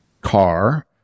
car